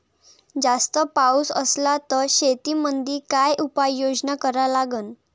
जास्त पाऊस असला त शेतीमंदी काय उपाययोजना करा लागन?